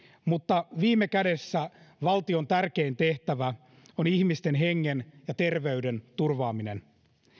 mutta viime kädessä valtion tärkein tehtävä on ihmisten hengen ja terveyden turvaaminen